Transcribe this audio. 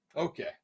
Okay